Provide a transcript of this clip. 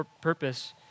purpose